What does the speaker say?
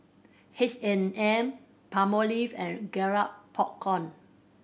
H and M Palmolive and Garrett Popcorn